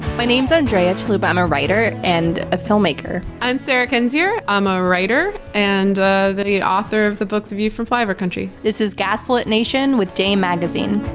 my name's andrea chalupa. i'm a writer and a filmmaker. i'm sarah kendzior. i'm a writer and the author of the book the view from flyover country. this is gaslit nation, with dame magazine.